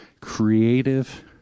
creative